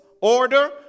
order